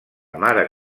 mare